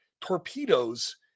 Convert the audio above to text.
torpedoes